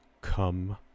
Come